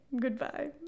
goodbye